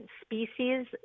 species